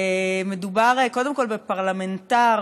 מדובר קודם כול בפרלמנטר,